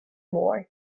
war